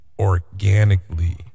organically